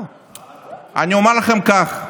אני אומר לכם כך: